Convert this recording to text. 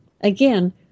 again